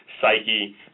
psyche